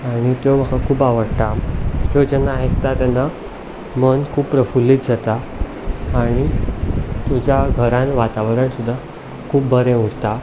आनी त्यो म्हाका खूब आवडटा त्यो जेन्ना आयकता तेन्ना मन खूब प्रफुलीत जाता आनी जावं घरांत वातावरण सुद्दां खूब बरें उरता